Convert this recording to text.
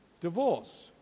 divorce